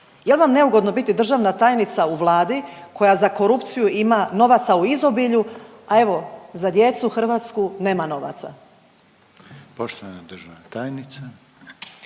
Jel vam neugodno biti državna tajnica u Vladi koja za korupciju ima novaca u izobilju, a evo za djecu hrvatsku nema novaca?